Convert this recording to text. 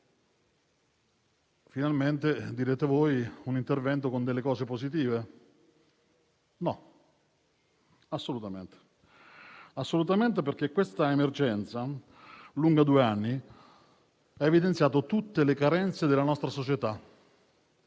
si tratta di un intervento con delle cose positive. No, assolutamente, perché questa emergenza lunga due anni ha evidenziato tutte le carenze della nostra società.